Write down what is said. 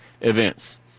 events